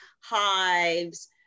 hives